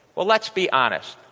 well, let's be honest.